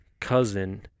cousin